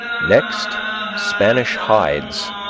next spanish hides,